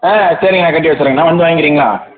ஆ சரிங்கண்ணா கட்டி வச்சிடுறேங்கண்ணா வந்து வாங்கிக்கிறீங்களா